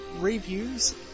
reviews